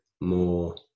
more